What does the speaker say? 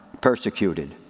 persecuted